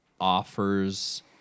offers